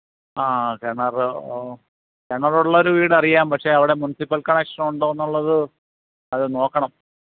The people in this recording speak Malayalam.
ആഹ് കിണറ് കിണറുള്ളൊരു വീട് അറിയാം പക്ഷേ അവിടെ മുന്സിപ്പല് കണക്ഷനുണ്ടോന്ന് ഉള്ളത് അത് നോക്കണം